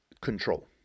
control